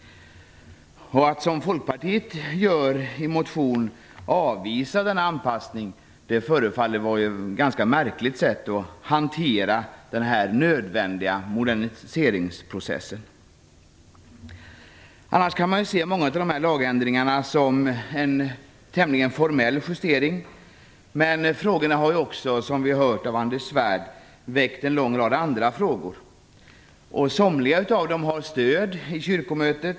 I en motion avvisar Folkpartiet denna anpassning. Det förefaller vara ett ganska märkligt sätt att hantera den nödvändiga moderniseringsprocessen på. Annars kan man se många av dessa lagändringar som tämligen formella justeringar, men de har också, som vi har hört av Anders Svärd, väckt en lång rad andra frågor. Somliga av dem har stöd av kyrkomötet.